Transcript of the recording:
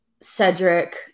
Cedric